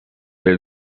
been